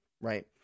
right